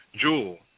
Jewel